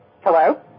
Hello